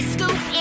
Scoop